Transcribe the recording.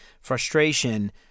frustration